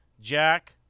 Jack